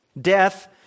Death